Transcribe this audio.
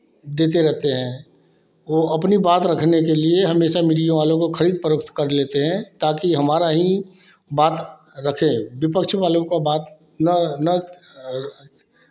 देते रहते हैं वह अपनी बात रखने के लिए हमेशा मिडिया वालों को खरीद फ़रोख़्त कर लेते हैं ताकि हमारा ही बात रखें विपक्ष वालों का बात न न